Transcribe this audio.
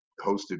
hosted